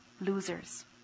losers